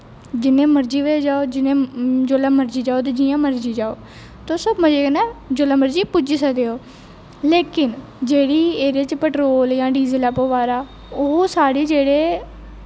जिन्ने मर्जी बजे जाओ जेल्लै मर्जी जाओ ते जियां मर्जी जाओ ते तुस अपने अपने मजे कन्नै जेल्लै मर्जी पुज्जी सकदे ओ लेकिन जेह्ड़ी एह्दे च पैट्रोल जां डीज़ल ऐ पवा दा ओह् साढ़े जेह्ड़े